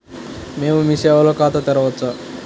మేము మీ సేవలో ఖాతా తెరవవచ్చా?